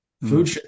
Food